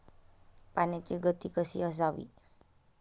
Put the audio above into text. पाण्याची गती कशी असावी?